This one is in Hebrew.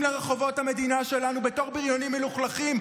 לרחובות המדינה שלנו "בריונים מלוכלכים".